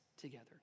together